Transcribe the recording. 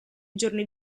giorni